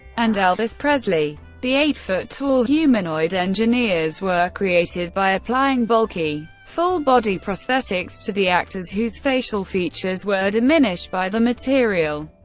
and elvis presley. the eight foot tall, humanoid engineers were created by applying bulky, full-body prosthetics to the actors, whose facial features were diminished by the material,